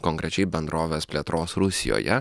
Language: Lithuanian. konkrečiai bendrovės plėtros rusijoje